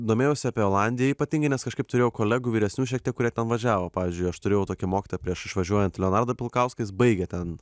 domėjausi apie olandiją ypatingai nes kažkaip turėjau kolegų vyresnių šiek tiek kurie važiavo pavyzdžiui aš turėjau tokį mokytoją prieš išvažiuojant leonardą pilkauską jis baigė ten